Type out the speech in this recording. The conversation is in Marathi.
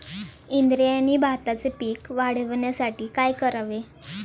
इंद्रायणी भाताचे पीक वाढण्यासाठी काय करावे?